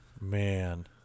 Man